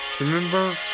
remember